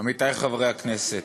עמיתי חברי הכנסת,